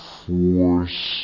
force